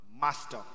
master